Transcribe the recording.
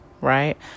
Right